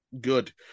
Good